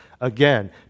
Again